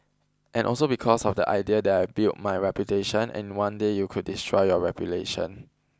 and also because of the idea that I've built my reputation and in one day you could destroy your reputation